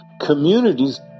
Communities